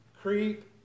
creep